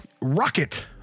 Rocket